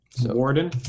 Warden